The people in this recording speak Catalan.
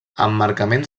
emmarcaments